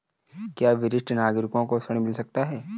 क्या वरिष्ठ नागरिकों को ऋण मिल सकता है?